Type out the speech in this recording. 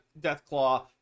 Deathclaw